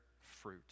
fruit